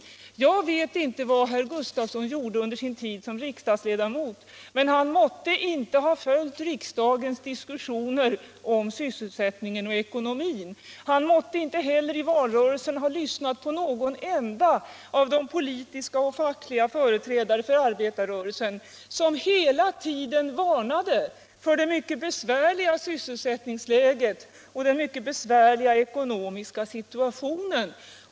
Jag vet inte vad herr Gustavsson gjorde under sin tid som riksdagsledamot, men han måtte inte ha följt riksdagens diskussioner om sysselsättningen och ekonomin. Han måtte inte heller i valrörelsen ha lyssnat på någon enda av de politiska och fackliga företrädare för arbetarrörelsen som hela tiden varnade för det mycket besvärliga sysselsättningsläget och den mycket besvärliga ekonomiska situationen.